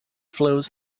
flows